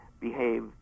behave